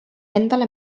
endale